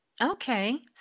Okay